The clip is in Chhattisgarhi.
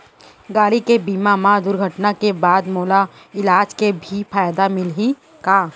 गाड़ी के बीमा मा दुर्घटना के बाद मोला इलाज के भी फायदा मिलही का?